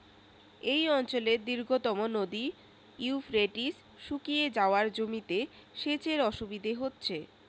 এই অঞ্চলের দীর্ঘতম নদী ইউফ্রেটিস শুকিয়ে যাওয়ায় জমিতে সেচের অসুবিধে হচ্ছে